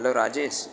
hello Rajesh